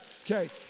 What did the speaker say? Okay